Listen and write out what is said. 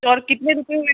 और कितने रुपए हुए